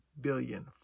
billion